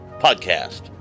podcast